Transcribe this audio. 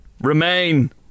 Remain